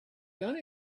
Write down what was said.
done